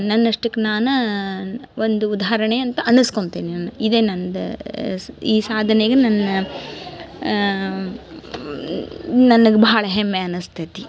ನನ್ನ ಅಷ್ಟಕ್ಕೆ ನಾನು ಒಂದು ಉದಾಹರಣೆ ಅಂತ ಅನಸ್ಕೊಳ್ತೀನಿ ನಾನು ಇದೇ ನಂದು ಈ ಸಾಧನೆಗೆ ನನ್ನ ನನಗ ಭಾಳ ಹೆಮ್ಮೆ ಅನಸ್ತೇತಿ